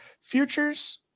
futures